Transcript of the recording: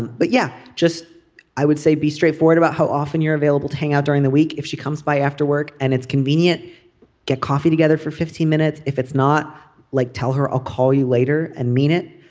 but yeah just i would say be straightforward about how often you're available to hang out during the week. if she comes by after work and it's convenient get coffee together for fifty minutes. if it's not like tell her i'll call you later and mean it.